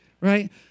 right